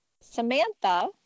Samantha